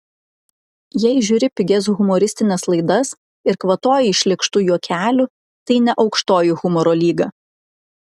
jei žiūri pigias humoristines laidas ir kvatoji iš lėkštų juokelių tai ne aukštoji humoro lyga